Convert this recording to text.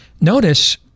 notice